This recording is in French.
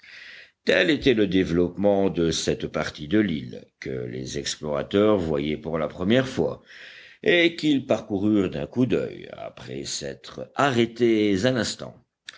tel était le développement de cette partie de l'île que les explorateurs voyaient pour la première fois et qu'ils parcoururent d'un coup d'oeil après s'être arrêtés un instant